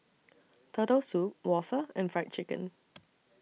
Turtle Soup Waffle and Fried Chicken